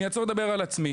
אני אעצור לדבר על עצמי.